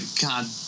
god